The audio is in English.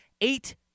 eight